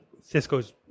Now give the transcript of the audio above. Cisco's